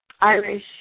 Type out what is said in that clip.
Irish